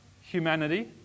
humanity